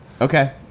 Okay